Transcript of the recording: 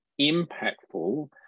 impactful